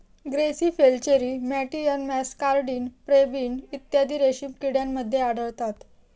grasserie flacherie मॅटियन muscardine pebrine इत्यादी रेशीम किड्यांमध्ये आढळतात